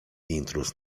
intruz